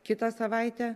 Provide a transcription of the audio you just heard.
kitą savaitę